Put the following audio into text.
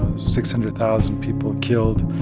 six hundred thousand people killed.